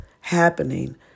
happening